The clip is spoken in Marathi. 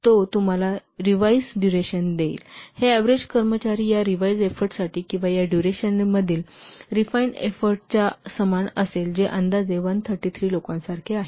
आणि हे एव्हरेज कर्मचारी या रिव्हाईस एफोर्टसाठी किंवा या डुरेशनतील रिफाइन एफोर्टच्या समान असेल जे अंदाजे 133 लोकांसारखे आहे